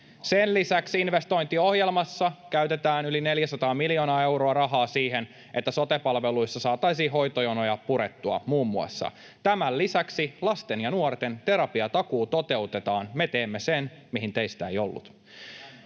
Sen lisäksi investointiohjelmassa käytetään yli 400 miljoonaa euroa rahaa siihen, että sote-palveluissa saataisiin hoitojonoja purettua muun muassa. Tämän lisäksi lasten ja nuorten terapiatakuu toteutetaan. Me teemme sen, mihin teistä ei ollut.